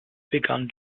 begann